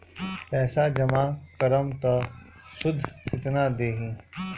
पैसा जमा करम त शुध कितना देही?